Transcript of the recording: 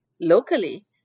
locally